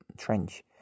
trench